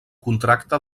contracte